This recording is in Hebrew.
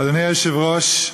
אדוני היושב-ראש,